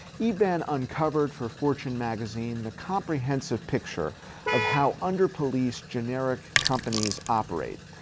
eban uncovered for fortune magazine, the comprehensive picture of how under-policed generic companies operate.